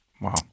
Wow